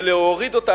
ולהוריד אותה.